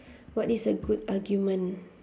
what is a good argument